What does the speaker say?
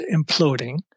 imploding